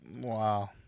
Wow